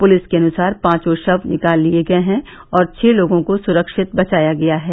police के अनुसार पांचों शव निकाल लिए गए हैं और छह लोगों को सुरक्षित बचाया गया है